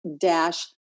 dash